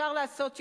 ואפשר לעשות יותר.